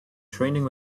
training